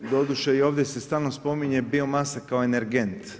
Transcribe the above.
Doduše, ovdje se stalno spominje bio masa kao energent.